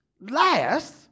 last